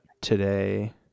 today